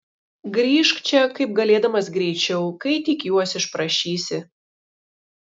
grįžk čia kaip galėdamas greičiau kai tik juos išprašysi